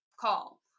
call